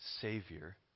Savior